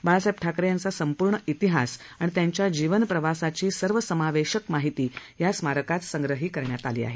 बाळासाहेब ठाकरे यांचा संपूर्ण इतिहास आणि त्यांच्या जीवनप्रवासाची सर्वसमावेशक माहिती या स्मारकात संग्रही करण्यात आली आहे